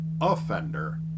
offender